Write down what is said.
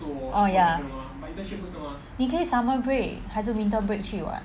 oh ya 你可以 summer break 还是 winter break 去 [what]